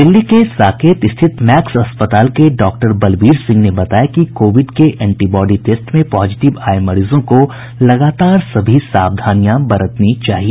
दिल्ली के साकेत स्थित मैक्स अस्पताल के डॉ बलबीर सिंह ने बताया कि कोविड के एंटीबॉडी टेस्ट में पॉजिटिव आए मरीजों को लगातार सभी सावधानियां बरतनी चाहिए